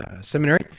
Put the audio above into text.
Seminary